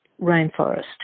rainforest